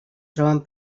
troben